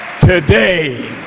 today